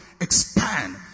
expand